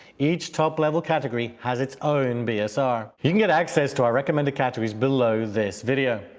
each top level category has its own bsr. you can get access to our recommended categories below this video.